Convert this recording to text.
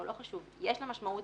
יש לה משמעות